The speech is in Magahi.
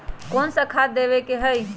कोन सा खाद देवे के हई?